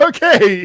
Okay